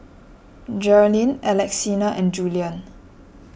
Jerrilyn Alexina and Julien